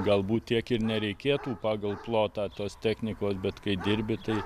galbūt tiek ir nereikėtų pagal plotą tos technikos bet kai dirbi tai